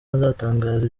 azatangaza